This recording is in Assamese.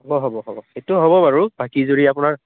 হ'ব হ'ব হ'ব সেইটো হ'ব বাৰু বাকী যদি আপোনাৰ